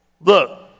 look